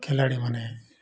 ଖେଳାଳିମାନେ